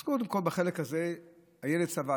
אז קודם כול בחלק הזה הילד סבל,